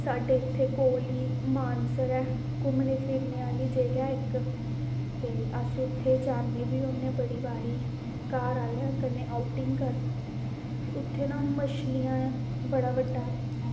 साढ़े इत्थें कोल ई मानसर ऐ घूमने फिरने आह्ली जगह इक ते अस उत्थें जाने बी होन्नी बड़े बारी घर आह्लें कन्नै आउटिंग करन ते उत्थें ना मच्छलियां बड़ा बड्डा